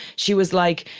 she was like,